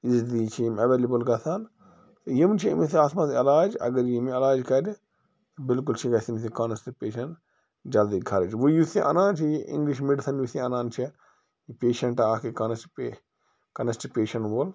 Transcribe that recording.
easily چھِ یِم available گژھان تہٕ یِم چھِ أمِس اَتھ منٛز علاج اگر یہِ یِم علاج کَرِ تہٕ بالکُل چھِ گژھِ أمِس یہِ کانَسٹپیشن جلدی خرٕچ وۄنۍ یُس یہِ اَنان چھِ یہِ اِنٛگلِش میڈِسَن یُس یہِ اَنان چھےٚ یہِ پیشَنٹ اَکھ یہِ کانسٹپے کانسٹپیشن وول